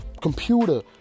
computer